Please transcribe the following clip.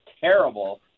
terrible –